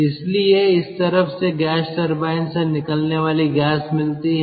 इसलिए इस तरफ से गैस टरबाइन से निकलने वाली गैस मिलती है